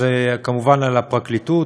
זה כמובן על הפרקליטות.